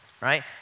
right